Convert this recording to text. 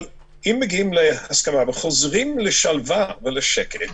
אבל אם מגיעים להסכמה וחוזרים לשלווה ולשקט,